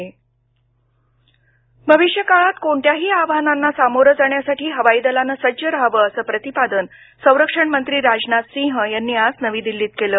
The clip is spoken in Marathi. राजनाथ सिंह भविष्यकाळात कोणत्याही आव्हानांना सामोरं जाण्यास हवाई दलानं सज्ज राहावं असं प्रतिपादन संरक्षण मंत्री राजनाथ सिंह यांनी आज नवी दिल्लीत केलं